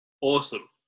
awesome